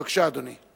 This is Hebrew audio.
בבקשה, אדוני.